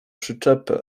przyczepę